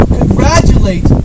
congratulate